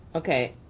okay,